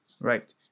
right